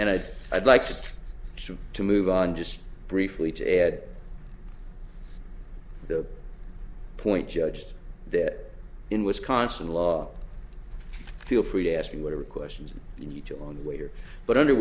and i'd i'd like to try to move on just briefly to add the point judged that in wisconsin law feel free to ask whatever questions you took on the waiter but under